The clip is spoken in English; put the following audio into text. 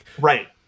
Right